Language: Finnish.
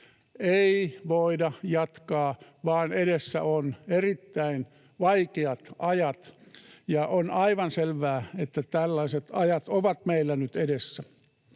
ei voida jatkaa, vaan edessä ovat erittäin vaikeat ajat, ja on aivan selvää, että tällaiset ajat ovat meillä nyt edessä.